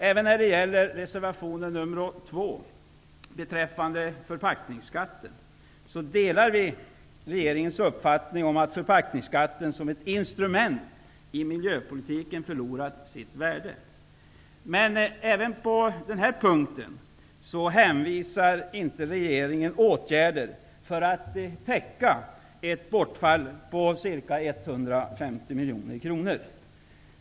Även när det gäller reservation nr 2 om förpackningsskatten delar vi regeringens uppfattning, nämligen att förpackningsskatten som ett instrument i miljöpolitiken förlorat sitt värde. Men inte heller på den här punkten hänvisar regeringen till åtgärder för att täcka ett bortfall på ca 150 miljoner kronor.